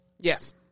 yes